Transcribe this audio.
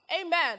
Amen